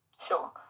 Sure